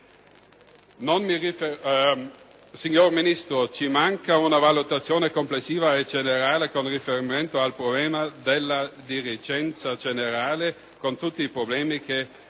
Signor Ministro, ci manca una valutazione complessiva e generale, con riferimento al problema della dirigenza generale, con tutti i problemi che abbiamo avuto